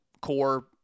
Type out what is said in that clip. core